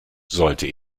sollte